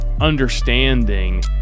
understanding